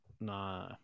Nah